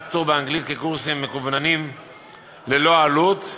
פטור באנגלית כקורסים מקוונים ללא עלות,